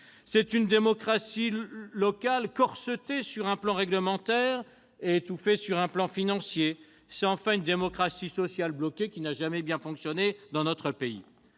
aussi une démocratie locale corsetée sur un plan réglementaire et étouffée sur un plan financier. C'est enfin une démocratie sociale bloquée qui n'a jamais bien fonctionné dans notre pays.